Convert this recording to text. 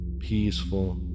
peaceful